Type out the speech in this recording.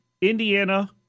Indiana